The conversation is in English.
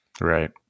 Right